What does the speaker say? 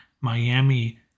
Miami